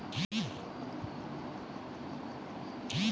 नर मेमना कॅ पाठा आरो मादा मेमना कॅ पांठी कहलो जाय छै